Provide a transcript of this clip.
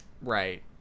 Right